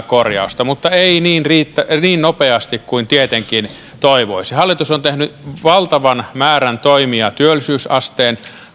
korjausta mutta ei niin nopeasti kuin tietenkin toivoisi hallitus on tehnyt valtavan määrän toimia työllisyysasteen